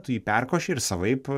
tu jį perkoši ir savaip